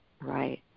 Right